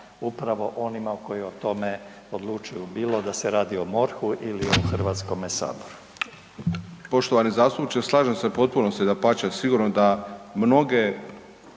upravo onima koji o tome odlučuju, bilo da se radi o MORH-u ili o HS-u.